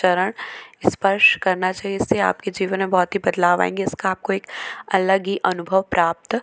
चरण स्पर्श करना चाहिए जिससे आपके जीवन में बहुत ही बदलाव आएंगे इसका आपको एक अलग ही अनुभव प्राप्त